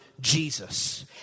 Jesus